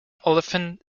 olefin